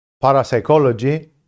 Parapsychology